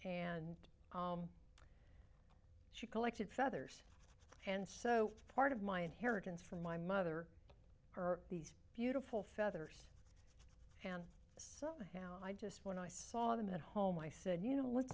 and she collected feathers and so part of my inheritance from my mother her these beautiful feathers and somehow i just when i saw them at home i said you know